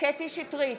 קטי קטרין שטרית,